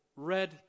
red